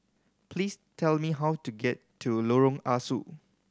please tell me how to get to Lorong Ah Soo